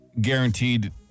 guaranteed